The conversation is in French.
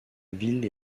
ville